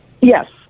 Yes